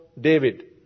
David